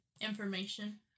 Information